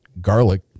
garlic